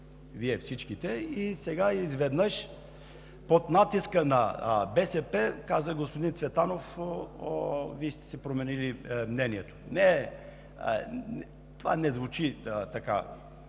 Вие всичките. И сега изведнъж под натиска на БСП, каза господин Цветанов, Вие сте си променили мнението. Не, това не звучи